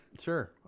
sure